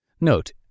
Note